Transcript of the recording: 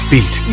Beat